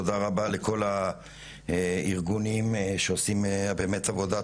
תודה רבה לכל הארגונים שעושים עבודת